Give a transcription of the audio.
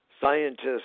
scientists